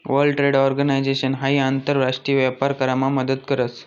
world Trade Organisation हाई आंतर राष्ट्रीय व्यापार करामा मदत करस